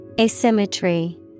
Asymmetry